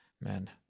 man